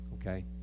okay